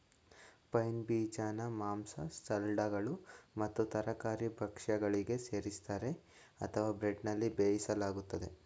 pine ಬೀಜನ ಮಾಂಸ ಸಲಾಡ್ಗಳು ಮತ್ತು ತರಕಾರಿ ಭಕ್ಷ್ಯಗಳಿಗೆ ಸೇರಿಸ್ತರೆ ಅಥವಾ ಬ್ರೆಡ್ನಲ್ಲಿ ಬೇಯಿಸಲಾಗ್ತದೆ